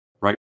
right